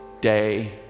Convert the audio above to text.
day